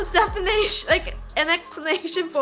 definition like an explanation